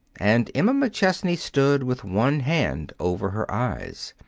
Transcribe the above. and emma mcchesney stood with one hand over her eyes.